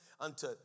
unto